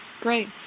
great